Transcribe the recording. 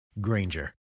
Granger